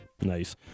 Nice